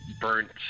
burnt